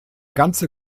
ganze